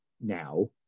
now